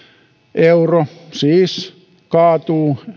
euro siis kaatuu